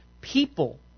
people